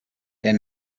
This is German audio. der